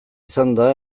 izanda